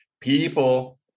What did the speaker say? People